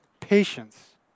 patience